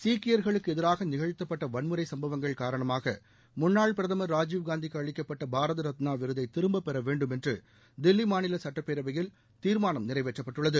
சீக்கியர்களுக்கு எதிராக நிகழ்த்தப்பட்ட வன்முறை சும்பவங்கள் காரணமாக முன்னாள் பிரதமர் ராஜீவ் காந்திக்கு அளிக்கப்பட்ட பாரத ரத்னா விருதை திரும்பப்பெற வேண்டும் என்று தில்லி மாநில சட்டப்பேரவையில் தீர்மானம் நிறைவேற்றப்பட்டுள்ளது